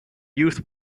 youth